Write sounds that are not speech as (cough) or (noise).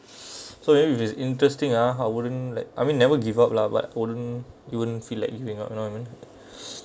(breath) so if it is interesting ah I wouldn't like I mean never give up lah but wouldn't even feel like giving up you know what I mean (breath)